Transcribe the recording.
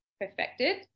perfected